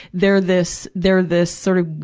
they're this, they're this sort of,